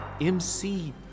MC